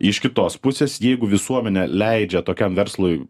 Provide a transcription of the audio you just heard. iš kitos pusės jeigu visuomenė leidžia tokiam verslui